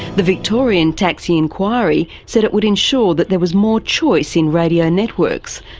the victorian taxi inquiry said it would ensure that there was more choice in radio networks,